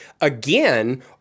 again